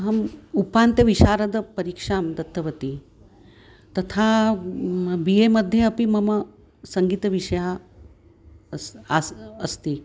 अहम् उपान्तविषारदपरीक्षां दत्तवती तथा बि ए मध्ये अपि मम सङ्गीतविषयः अस्ति आसीत् अस्ति